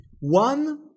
One